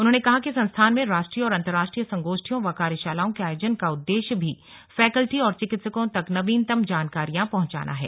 उन्होंने कहा कि संस्थान में राष्ट्रीय और अंतरराष्ट्रीय संगोष्ठियों व कार्यशालाओं के आयोजन का उद्देश्य भी फैकल्टी और चिकित्सकों तक नवीनतम जानकारियां पहुंचाना है